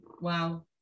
Wow